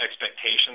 expectations